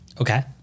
Okay